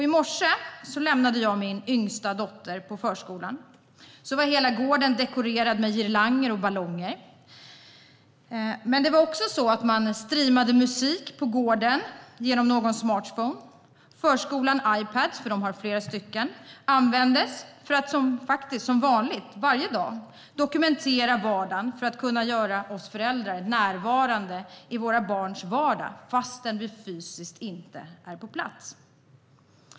I morse när jag lämnade min yngsta dotter på förskolan var hela gården dekorerad med girlanger och ballonger. Man streamade också musik på gården genom någons smartphone. Förskolans Ipadar - de har flera stycken - användes för att, som varje dag, dokumentera vardagen för att kunna göra oss föräldrar närvarande i våra barns vardag fastän vi fysiskt inte är på plats.